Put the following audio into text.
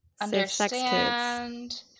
understand